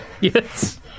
yes